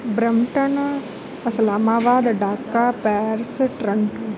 Brampton Islamabad Dhaka Paris Toronto